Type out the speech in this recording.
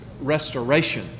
restoration